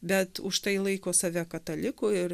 bet užtai laiko save kataliku ir